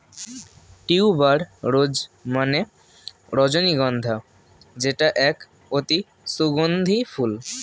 tuber rose মানে রজনীগন্ধা যেটা এক অতি সুগন্ধি ফুল